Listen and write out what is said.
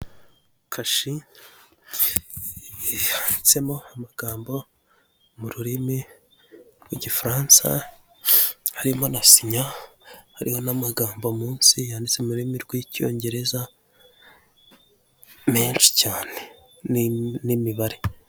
Kashe yanditsemo amagambo mu rurimi rw'igifaransa harimo na sinya harimo n'amagambo munsi yanditse mururimi rw'icyongereza menshi cyane n'imibare.